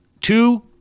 two